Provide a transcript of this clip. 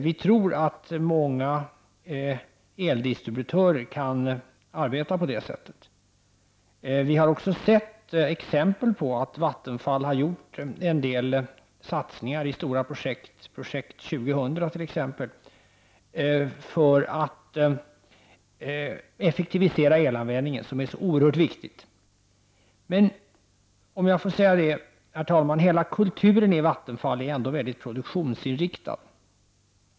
Vi tror att många eldistributörer kan arbeta på det sättet. Vi har också sett exempel på att Vattenfall har gjort en del satsningar i stora projekt — Projekt 2000 t.ex. — för att effektivisera elanvändningen, vilket är så oerhört viktigt. Men - låt mig säga det, herr talman — hela kulturen i Vattenfall är ändå mycket produktionsinriktad.